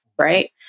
right